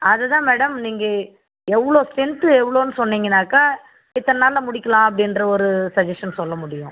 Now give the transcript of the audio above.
அது தான் மேடம் நீங்கள் எவ்வளோ ஸ்ட்ரென்த் எவ்வளோனு சொன்னிங்கனாக்கா எத்தனை நாளில் முடிக்கலாம் அப்படின்ற ஒரு சஜ்ஜஷன் சொல்ல முடியும்